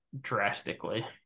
drastically